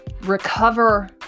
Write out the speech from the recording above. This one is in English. recover